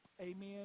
Amen